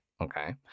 okay